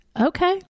Okay